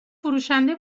فروشنده